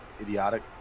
idiotic